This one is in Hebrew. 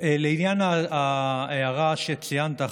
לעניין ההערה שציינת,